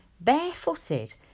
barefooted